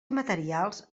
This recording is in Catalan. materials